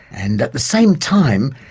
and at the same time,